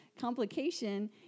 complication